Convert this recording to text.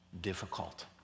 difficult